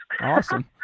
Awesome